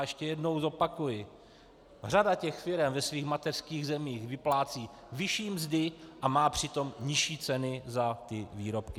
Ještě jednou zopakuji, řada těch firem ve svých mateřských zemích vyplácí vyšší mzdy a má při tom nižší ceny za ty výrobky.